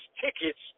tickets